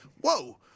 whoa